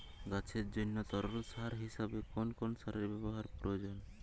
গাছের জন্য তরল সার হিসেবে কোন কোন সারের ব্যাবহার প্রযোজ্য?